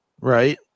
right